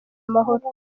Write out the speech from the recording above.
amahoro